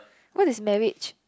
what is marriage